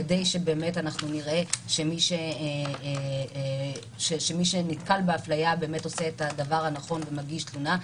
כדי שנראה שמי שנתקל בהפליה באמת עושה את הדבר הנכון ומגיש תלונה,